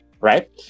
right